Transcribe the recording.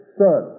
son